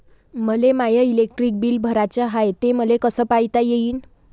मले माय electric bill भराचं हाय, ते मले कस पायता येईन?